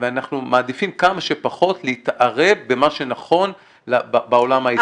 ואנחנו מעדיפים כמה שפחות להתערב במה שנכון בעולם העסקי.